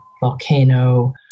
volcano